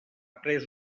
pres